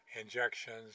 injections